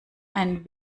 ein